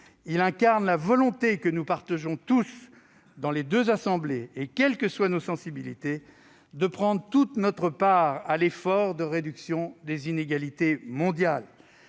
Il incarne la volonté que nous partageons tous dans les deux assemblées, quelles que soient nos sensibilités, de prendre toute notre part à l'effort de réduction des inégalités mondiales.